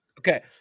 Okay